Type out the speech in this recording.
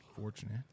Fortunate